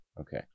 Okay